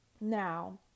Now